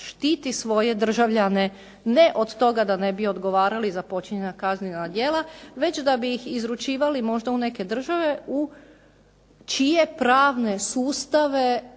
štiti svoje državljane ne od toga da ne bi odgovarali za počinjena kaznena djela već da bi ih izručivali možda u neke države u čije pravne sustave